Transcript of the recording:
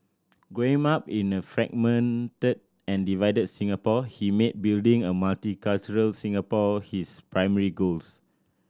growing up in a fragmented and divided Singapore he made building a multicultural Singapore his primary goals